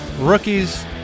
Rookies